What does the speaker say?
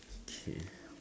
k